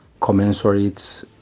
commensurate